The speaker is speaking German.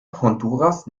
honduras